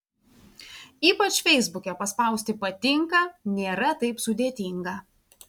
ypač feisbuke paspausti patinka nėra taip sudėtinga